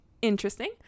interesting